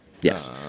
Yes